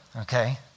Okay